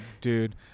dude